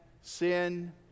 sin